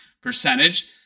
percentage